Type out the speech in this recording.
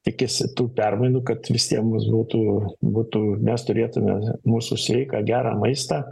tikisi tų permainų kad visiem mums būtų būtų mes turėtume mūsų sveiką gerą maistą